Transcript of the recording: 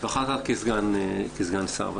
ואחר כך כסגן שר.